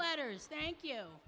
letters thank you